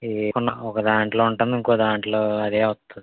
ఏదున్న ఒకదాంట్లో ఉంటుంది ఇంకోదాంట్లో అదే వస్తుంది